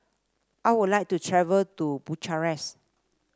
I would like to travel to Bucharest